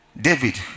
David